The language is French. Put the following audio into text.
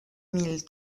mille